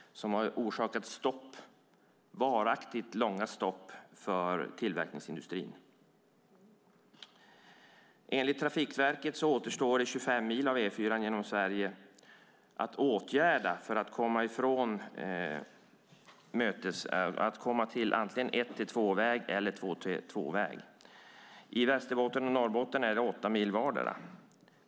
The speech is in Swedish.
De har orsakat varaktigt långa stopp för tillverkningsindustrin. Enligt Trafikverket återstår 25 mil av E4:an genom Sverige att åtgärda till antingen "1+2"-väg eller "2+2"-väg. I Västerbotten och Norrbotten är det 8 mil vardera.